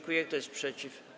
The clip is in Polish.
Kto jest przeciw?